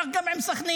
כך גם עם סח'נין.